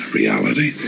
reality